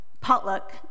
potluck